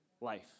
life